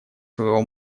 своего